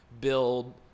build